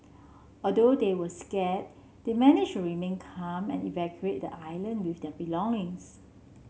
although they were scared they managed to remain calm and evacuate the island with their belongings